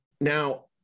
now